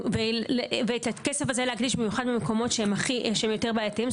ואת הכסף הזה להקדיש במיוחד במקומות שהם יותר בעיתיים.